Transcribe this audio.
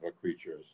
creatures